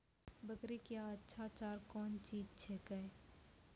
बकरी क्या अच्छा चार कौन चीज छै के?